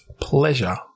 pleasure